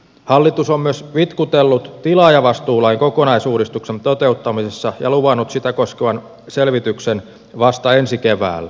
hallitus on myös vitkutellut tilaajavastuulain kokonaisuudistuksen toteuttamisessa ja luvannut sitä koskevan selvityksen vasta ensi keväänä